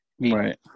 Right